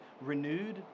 renewed